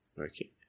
Okay